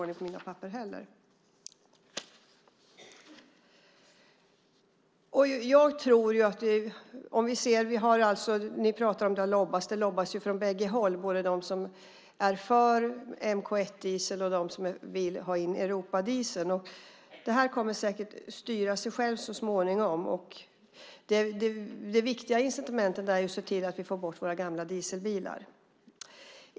Ni pratar om att det lobbas. Det lobbas ju från bägge håll, både från dem som är för mk 1-diesel och från dem som vill ha in europadieseln. Det här kommer säkert att styra sig självt så småningom. Det viktiga är ju incitament till att se till att vi får bort våra gamla dieselbilar.